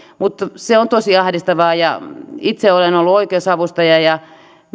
mutta se on tosi ahdistavaa itse olen ollut oikeusavustaja ja